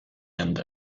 end